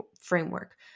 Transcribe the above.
framework